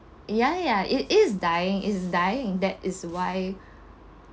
ya ya it is dying it's dying that is why